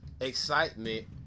excitement